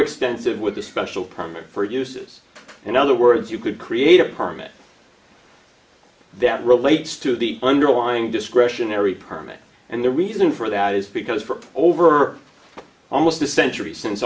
extensive with a special permit for uses in other words you could create a permit that relates to the underlying discretionary permit and the reason for that is because for over almost a century since